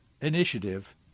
Initiative